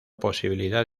posibilidad